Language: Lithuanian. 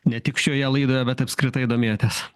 ne tik šioje laidoje bet apskritai domėjotės